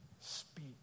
speak